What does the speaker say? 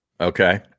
Okay